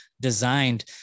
designed